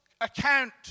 account